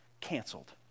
canceled